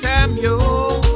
Samuel